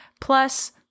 Plus